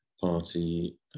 party